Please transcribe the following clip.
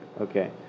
Okay